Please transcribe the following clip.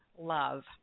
love